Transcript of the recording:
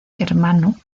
hermano